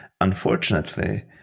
Unfortunately